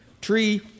tree